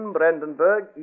Brandenburg